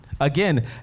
Again